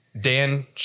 Dan